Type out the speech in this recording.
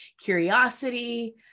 curiosity